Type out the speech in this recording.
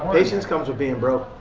patience comes with being broke.